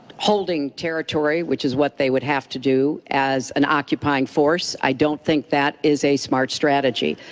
holding territory which is what they would have to do as an occupying force. i don't think that is a smart strategy.